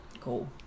Cool